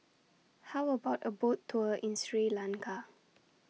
How about A Boat Tour in Sri Lanka